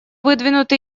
выдвинуты